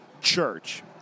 church